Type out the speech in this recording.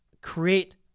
create